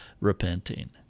repenting